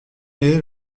est